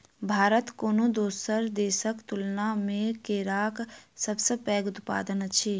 भारत कोनो दोसर देसक तुलना मे केराक सबसे पैघ उत्पादक अछि